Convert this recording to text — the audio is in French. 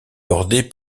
bordée